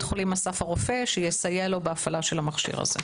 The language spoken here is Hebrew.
החולים אסף הרופא שיסייע לו בהפעלה של המכשיר הזה.